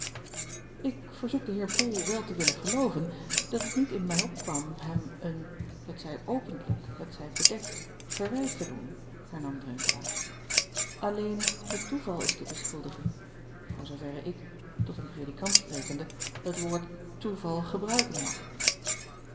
k verzoek den eer ol wel te willen gelooven dat het niet in mij opkwam hem een t zij opentlijk t zij bedekt verwijt te doen hernam renkelaer alleen het toeval is te beschuldigen voor zooverre ik tot een predikant sprekende het woord toeval gebruiken mag